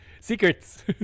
secrets